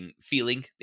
feeling